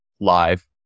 live